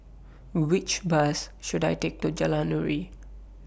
Which Bus should I Take to Jalan Nuri